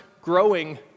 growing